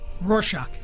Rorschach